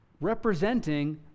representing